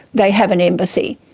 they have an embassy.